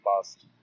past